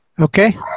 Okay